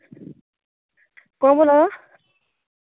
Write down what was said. कौन बोल्ला दा